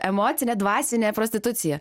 emocinė dvasinė prostitucija